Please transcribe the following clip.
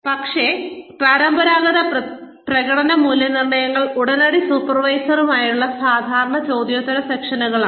പക്ഷേ പരമ്പരാഗത പ്രകടന മൂല്യനിർണ്ണയങ്ങൾ ഉടനടി സൂപ്പർവൈസറുമായുള്ള സാധാരണ ചോദ്യോത്തര സെഷനുകളാണ്